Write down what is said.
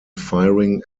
firing